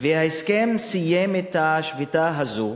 וההסכם סיים את השביתה הזאת.